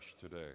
today